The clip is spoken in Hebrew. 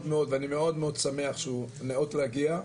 ואני מאוד שמח שהוא הגיע,